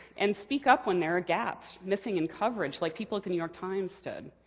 and speak up when there are gaps missing in coverage, like people at the new york times did.